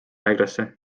haiglasse